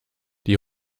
die